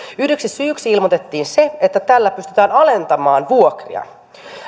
yhdeksi syyksi ilmoitettiin se että tällä pystytään alentamaan vuokria